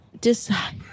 decide